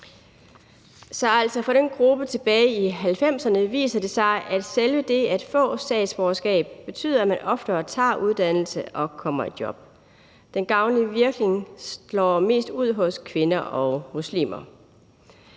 For den gruppe tilbage i 1990'erne viser det sig, at selve det at få et statsborgerskab betyder, at man oftere tager en uddannelse og kommer i job. Den gavnlige virkning slår mest ud hos kvinder og muslimer.